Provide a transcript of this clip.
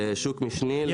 אני אחרי זה אשב איתך.